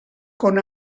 con